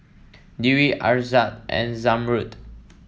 Dwi Aizat and Zamrud